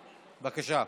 בבקשה.